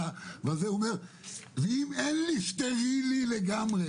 מה קורה אם אין לו בד סטרילי לגמרי,